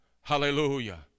Hallelujah